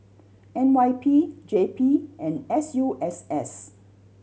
N Y P J P and S U S S